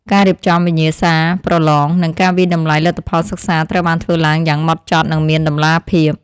ការរៀបចំវិញ្ញាសាប្រឡងនិងការវាយតម្លៃលទ្ធផលសិក្សាត្រូវបានធ្វើឡើងយ៉ាងម៉ត់ចត់និងមានតម្លាភាព។